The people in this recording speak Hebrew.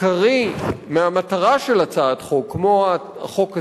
עיקרי מהמטרה של הצעת חוק כמו החוק הזה,